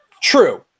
True